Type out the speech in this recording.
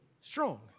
strong